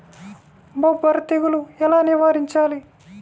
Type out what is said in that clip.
బొబ్బర తెగులు ఎలా నివారించాలి?